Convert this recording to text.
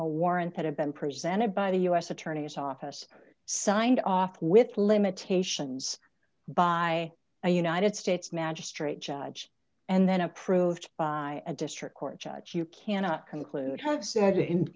a warrant that had been presented by the us attorney's office signed off with limitations by a united states magistrate judge and then approved by a district court judge you cannot conclude